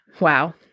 Wow